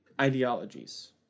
ideologies